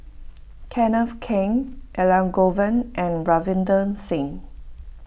Kenneth Keng Elangovan and Ravinder Singh